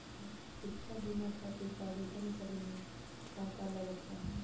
शिक्षा बीमा खातिर आवेदन करे म का का लागत बा?